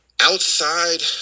Outside